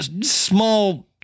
small